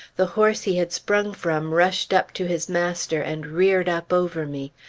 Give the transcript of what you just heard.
the horse he had sprung from rushed up to his master, and reared up over me.